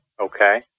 Okay